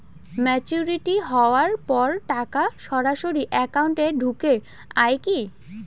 Maturity হওয়ার পর টাকা সরাসরি একাউন্ট এ ঢুকে য়ায় কি?